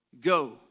Go